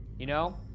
you know,